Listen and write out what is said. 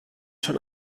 schon